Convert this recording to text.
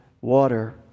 water